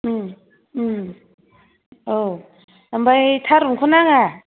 औ ओमफ्राय थारुनखौ नाङा